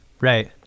Right